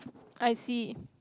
I see